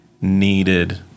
needed